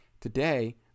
Today